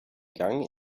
gang